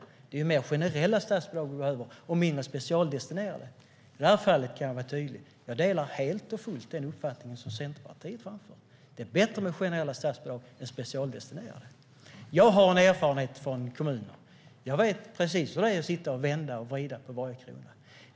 Centerpartiet menar att det är mer generella statsbidrag vi behöver, och mindre specialdestinerade. I det här fallet kan jag vara tydlig: Jag delar helt och fullt den uppfattning som Centerpartiet framför: Det är bättre med generella statsbidrag än med specialdestinerade. Jag har erfarenhet från kommuner. Jag vet precis hur det är att sitta och vända och vrida på varje krona.